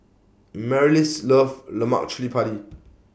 Marlys loves Lemak Cili Padi